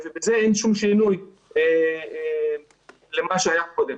בזה אין שום שינוי למה שהיה קודם.